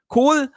Cool